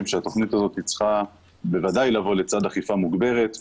שהתוכנית הזאת צריכה בוודאי לבוא לצד אכיפה מוגברת.